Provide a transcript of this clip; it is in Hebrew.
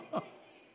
ניסיתי, ניסיתי.